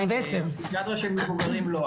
פסיכיאטריה של מבוגרים לא,